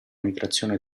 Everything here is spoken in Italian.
migrazione